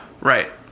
Right